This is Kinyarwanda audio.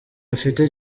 afite